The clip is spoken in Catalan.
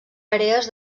àrees